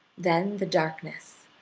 then the darkness,